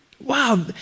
Wow